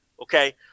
Okay